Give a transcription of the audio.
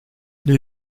les